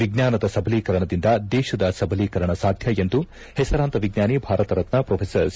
ವಿಜ್ಞಾನದ ಸಬಲೀಕರಣದಿಂದ ದೇಶದ ಸಬಲೀಕರಣ ಸಾಧ್ಯ ಎಂದು ಹೆಸರಾಂತ ವಿಜ್ವಾನಿ ಭಾರತರತ್ನ ಪ್ರೊಫೆಸರ್ ಸಿ